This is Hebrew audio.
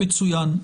מצוין,